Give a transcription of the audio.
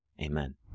Amen